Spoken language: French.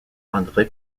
andré